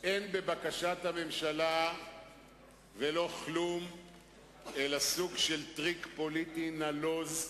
אין בבקשת הממשלה ולא כלום אלא סוג של טריק פוליטי נלוז,